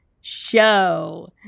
show